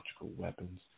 weapons